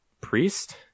priest